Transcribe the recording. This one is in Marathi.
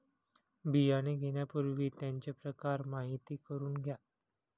बियाणे घेण्यापूर्वी त्यांचे प्रकार माहिती करून घ्या